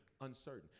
uncertain